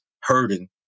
hurting